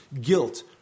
guilt